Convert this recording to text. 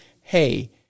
hey